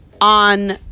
on